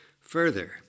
Further